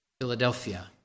Philadelphia